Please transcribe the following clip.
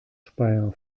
speyer